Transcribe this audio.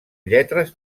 lletres